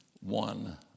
one